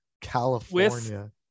California